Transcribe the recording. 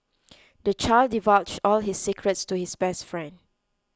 the child divulged all his secrets to his best friend